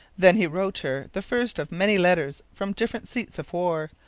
then he wrote her the first of many letters from different seats of war,